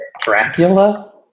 Dracula